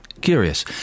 Curious